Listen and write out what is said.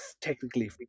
technically